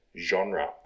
genre